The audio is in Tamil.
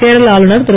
கேரள ஆளுநர் திரு